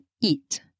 eat